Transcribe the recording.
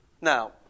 Now